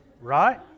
right